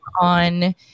on